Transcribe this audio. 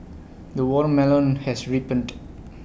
the watermelon has ripened